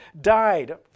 died